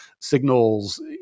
signals